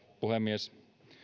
puhemies